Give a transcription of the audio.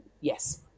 yes